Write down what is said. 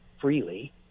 freely